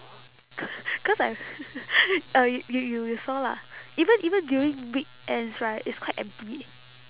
cau~ cause I uh you you you you saw lah even even during weekends right it's quite empty